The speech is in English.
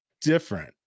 different